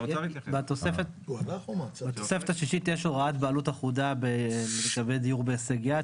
בתוספת השישית יש הוראת בעלות אחודה --- דיור בהישג יד,